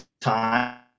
time